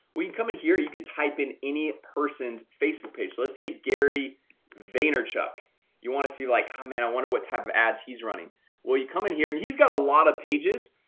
will you come in here you could type in any person's facebook page so let's say gary vaynerchuk you want to see like, oh man, i wonder what to have ads. he's running will you come in here and he's got a lot of pages?